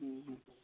ꯎꯝ ꯎꯝ